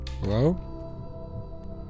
Hello